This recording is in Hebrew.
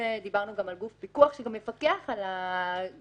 וגם דיברנו על גוף פיקוח שגם מפקח על כל